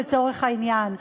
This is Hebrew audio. לצורך העניין.